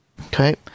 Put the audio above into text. Okay